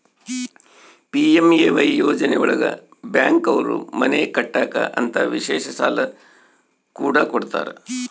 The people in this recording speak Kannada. ಪಿ.ಎಂ.ಎ.ವೈ ಯೋಜನೆ ಒಳಗ ಬ್ಯಾಂಕ್ ಅವ್ರು ಮನೆ ಕಟ್ಟಕ್ ಅಂತ ವಿಶೇಷ ಸಾಲ ಕೂಡ ಕೊಡ್ತಾರ